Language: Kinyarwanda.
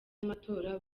y’amatora